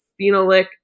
phenolic